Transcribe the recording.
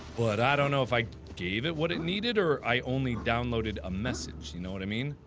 but i don't know if i gave it what it needed or i only downloaded a message you know what i mean